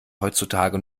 heutzutage